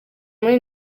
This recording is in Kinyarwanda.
muri